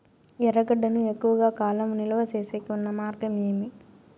ఎర్రగడ్డ ను ఎక్కువగా కాలం నిలువ సేసేకి ఉన్న మార్గం ఏమి?